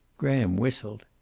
graham whistled.